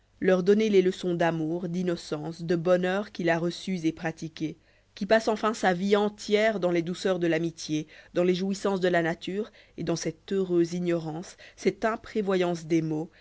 leur donner les leçons d'amour d'innocence de bonheur qu'il a reçues et pratiquées qui passe enfin sa vie entière dans les douceurs de l'amitié dans les jouissances de la nature et dans cette heureuse ignorance cette imprévoyance des maux